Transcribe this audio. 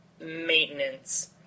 maintenance